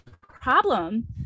problem